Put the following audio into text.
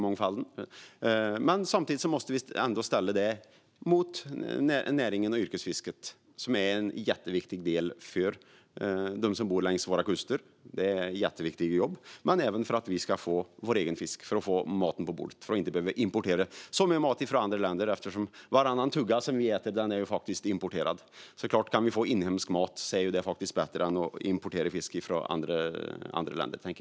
Men vi måste ändå ställa detta mot näringen och yrkesfisket, som är en jätteviktig del för dem som bor längs våra kuster. Det är jätteviktiga jobb. Fisket är även viktigt för att vi ska få vår egen fisk på bordet och för att vi inte ska behöva importera så mycket mat från andra länder. Varannan tugga med mat som vi äter är faktiskt importerad. Om vi kan få inhemsk mat är det såklart bättre än att importera fisk från andra länder.